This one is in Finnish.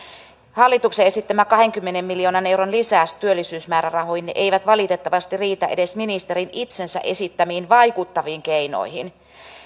hallituksen esittämä kahdenkymmenen miljoonan euron lisäys työllisyysmäärärahoihin ei valitettavasti riitä edes ministerin itsensä esittämiin vaikuttaviin keinoihin